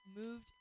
moved